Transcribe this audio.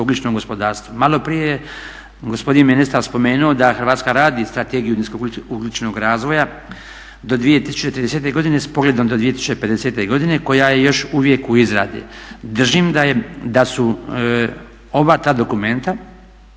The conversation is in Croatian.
niskougljičnom gospodarstvu? Maloprije je gospodin ministar spomenuo da Hrvatska radi Strategiju nisko ugljičnog razvoja do 2030. godine s pogledom do 2050. godine koja je još uvijek u izradi. Držim da su oba ta dokumenta